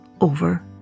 over